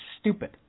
stupid